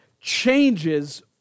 changes